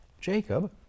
Jacob